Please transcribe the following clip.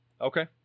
Okay